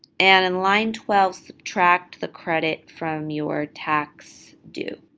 and in line twelve, subtract the credit from your tax due.